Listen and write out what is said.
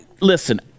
listen